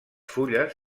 fulles